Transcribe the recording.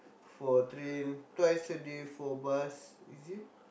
for train twice a day for bus is it